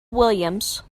williams